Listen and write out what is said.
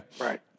Right